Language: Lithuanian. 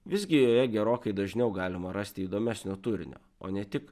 visgi joje gerokai dažniau galima rasti įdomesnio turinio o ne tik